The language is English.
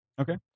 Okay